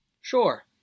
Sure